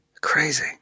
Crazy